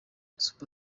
super